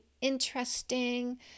interesting